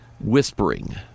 whispering